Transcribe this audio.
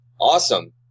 Awesome